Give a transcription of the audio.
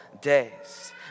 days